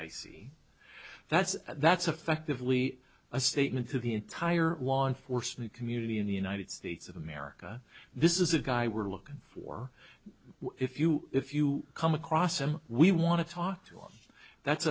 c that's that's affectively a statement to the entire law enforcement community in the united states of america this is a guy we're looking for if you if you come across him we want to talk to him that's